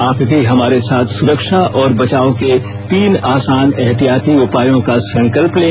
आप भी हमारे साथ सुरक्षा और बचाव के तीन आसान एहतियाती उपायों का संकल्प लें